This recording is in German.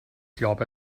glaube